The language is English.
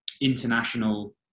international